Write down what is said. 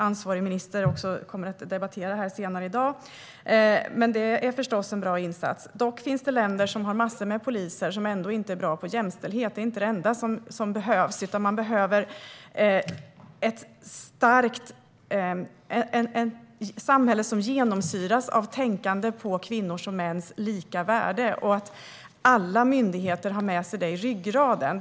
Ansvarig minister kommer att debattera här senare i dag. Dock finns det länder som har massor med poliser och ändå inte är bra på jämställdhet. Det är inte det enda som behövs, utan man behöver ett samhälle som genomsyras av tanken om kvinnors och mäns lika värde och där alla myndigheter har med sig det i ryggraden.